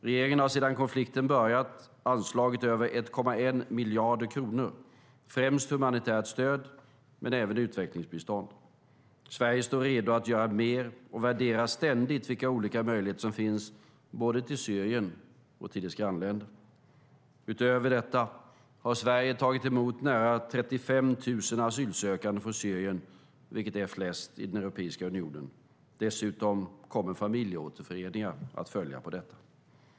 Regeringen har sedan konflikten började anslagit över 1,1 miljard kronor, främst humanitärt stöd men även utvecklingsbistånd. Sverige står redo att göra mer och värderar ständigt vilka olika möjligheter som finns, både till Syrien och till dess grannländer. Utöver detta har Sverige tagit emot nära 35 000 asylsökande från Syrien, vilket är flest i Europeiska unionen. Dessutom kommer familjeåterföreningar att följa på detta.